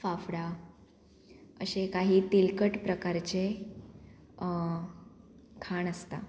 फाफडा अशे काही तेलकट प्रकारचे खाण आसता